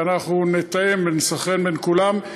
ואנחנו נתאם ונסנכרן בין כולם.